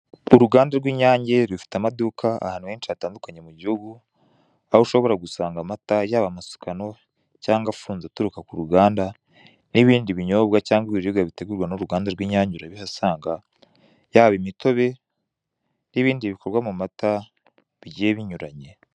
Uruganda rw'inyange rufite amaduka ahantu henshi hatandukanye mu gihugu, aho ushobora gusanga amata yaba amasukano cyangwa afunze aturuka ku ruganda n'ibindi binyobwa cyangwa ibiribwa bitegurwa n'uruganda rw'inyange urabihasanga, yaba imitobe n'ibindi bikorwa mu mata bigiye binyuranye.